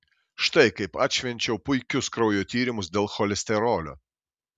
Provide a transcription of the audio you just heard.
štai kaip atšvenčiau puikius kraujo tyrimus dėl cholesterolio